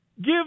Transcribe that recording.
Give